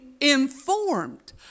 informed